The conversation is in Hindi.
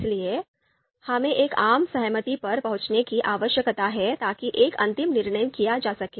इसलिए हमें एक आम सहमति पर पहुंचने की आवश्यकता है ताकि एक अंतिम निर्णय किया जा सके